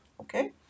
Okay